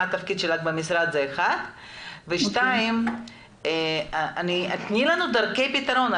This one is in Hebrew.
מה התפקיד שלך במשרד וכן, תני לנו דרכי פתרון.